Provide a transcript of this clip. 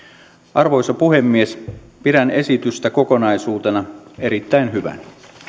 arvoisa puhemies pidän esitystä kokonaisuutena erittäin hyvänä